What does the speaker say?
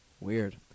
Weird